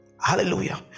Hallelujah